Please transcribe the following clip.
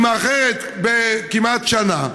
היא מאחרת כמעט בשנה.